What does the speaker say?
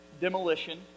demolition